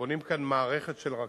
בונים כאן מערכת של רכבות,